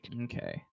Okay